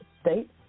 State